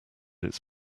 its